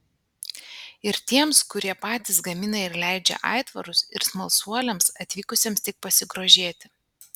ir tiems kurie patys gamina ir leidžia aitvarus ir smalsuoliams atvykusiems tik pasigrožėti